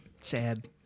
Sad